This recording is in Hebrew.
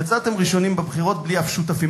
יצאתם ראשונים בבחירות בלי שום שותפים.